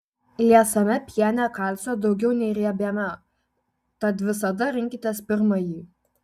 liesame piene kalcio daugiau nei riebiame tad visada rinkitės pirmąjį